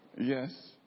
Yes